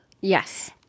Yes